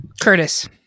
Curtis